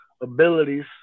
abilities